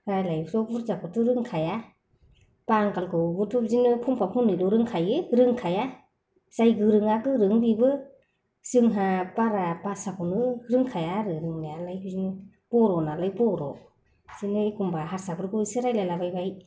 रायलायनायथ' बुरजाखौथ' रोंखाया बांगालखौबोथ' बिदिनो फंफा फंनैल' रोंखायो रोंखाया जाय गोरोङा गोरों बिबो जोंहा बारा भासाखौनो रोंखाया आरो रोंनायालाय बिदिनो बर' नालाय बर' बिदिनो एखमब्ला हारसाफोरखौ एसे रायलायलाबायबाय